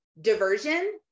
Diversion